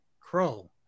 crow